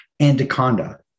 anaconda